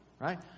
right